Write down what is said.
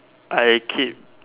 I keep